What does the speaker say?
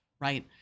Right